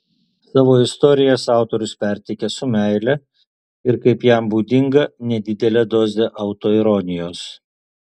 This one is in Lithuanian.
savo istorijas autorius perteikia su meile ir kaip jam būdinga nedidele doze autoironijos